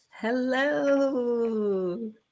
Hello